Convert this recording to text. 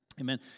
Amen